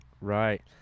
Right